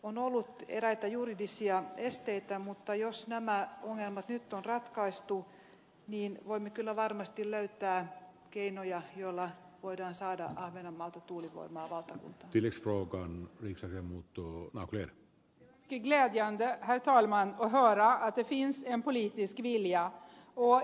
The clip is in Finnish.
on ollut vieraita juridisia esteitä mutta jos nämä ohjelmat nyt on ratkaistu niin voimme kyllä varmasti löytää keinoja joilla voidaan saada ahvenanmaalta tuulivoimalat kiliskaukalon det är mycket glädjande herr talman att höra att det finns en politisk vilja